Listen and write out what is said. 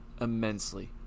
immensely